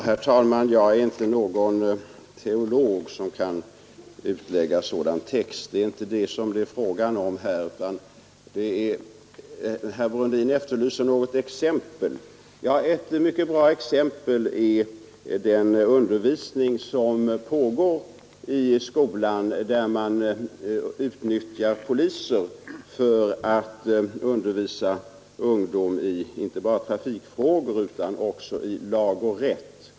Herr talman! Jag är inte någon teolog som kan utlägga en sådan text, och det är inte heller det som det är fråga om här. Herr Brundin efterlyser något exempel. Ett mycket bra sådant är det arbete som pågår i skolan, där man utnyttjar poliser för att undervisa ungdom inte bara i trafikfrågor utan också i ”lag och rätt”.